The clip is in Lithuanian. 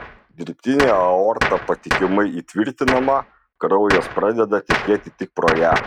dirbtinė aorta patikimai įtvirtinama kraujas pradeda tekėti tik pro ją